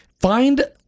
find